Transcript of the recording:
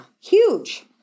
huge